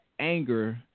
anger